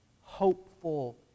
hopeful